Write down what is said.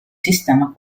sistema